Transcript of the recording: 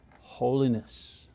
holiness